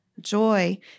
Joy